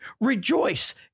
Rejoice